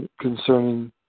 concerning